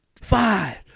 five